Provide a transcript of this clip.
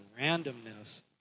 randomness